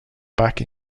back